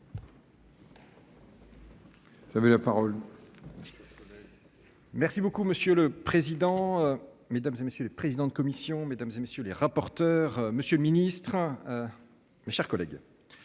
Lemoyne. Monsieur le président, mesdames, messieurs les présidents de commission, mesdames, messieurs les rapporteurs, monsieur le ministre, mes chers collègues,